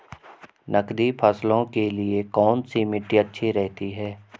नकदी फसलों के लिए कौन सी मिट्टी अच्छी रहती है?